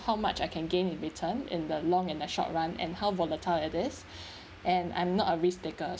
how much I can gain in return in the long and the short run and how volatile it is and I'm not a risk taker